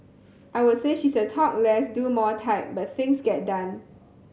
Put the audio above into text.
I would say she's a talk less do more type but things get done